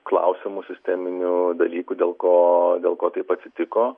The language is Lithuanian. klausimų sisteminių dalykų dėl ko dėl ko taip atsitiko